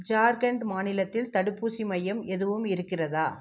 ஜார்க்கண்ட் மாநிலத்தில் தடுப்பூசி மையம் எதுவும் இருக்கிறதா